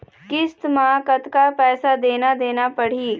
किस्त म कतका पैसा देना देना पड़ही?